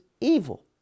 evil